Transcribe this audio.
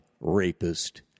rapist